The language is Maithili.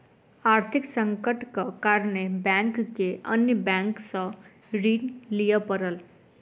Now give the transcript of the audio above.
आर्थिक संकटक कारणेँ बैंक के अन्य बैंक सॅ ऋण लिअ पड़ल